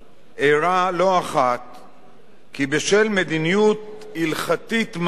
כי בשל מדיניות הלכתית מחמירה של רבני ערים,